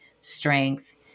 strength